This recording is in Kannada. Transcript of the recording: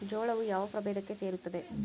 ಜೋಳವು ಯಾವ ಪ್ರಭೇದಕ್ಕೆ ಸೇರುತ್ತದೆ?